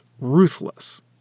ruthless